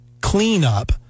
cleanup